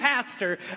pastor